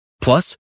plus